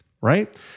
right